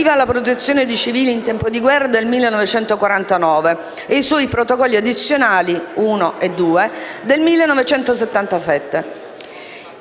Grazie,